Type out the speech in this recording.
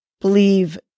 believe